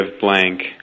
blank